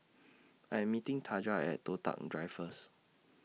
I Am meeting Taja At Toh Tuck Drive First